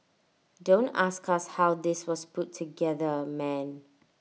don't ask us how this was put together man